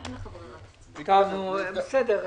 בסדר.